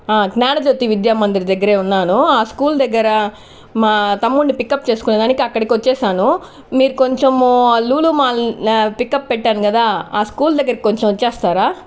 ఆ జ్ఞానజ్యోతి విద్యామందిర్ దగ్గరే ఉన్నాను ఆ స్కూల్ దగ్గర మా తమ్ముడ్ని పికప్ చేసుకునేదానికి అక్కడికి వచ్చేసాను మీరు కొంచము లులూ మాల్ ల్యా పికప్ పెట్టాను కదా ఆ స్కూల్ దగ్గరికి కొంచం వచ్చేస్తారా